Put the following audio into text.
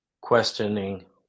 questioning